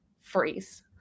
freeze